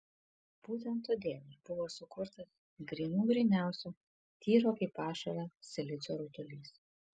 būtent todėl ir buvo sukurtas grynų gryniausio tyro kaip ašara silicio rutulys